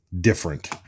different